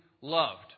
Loved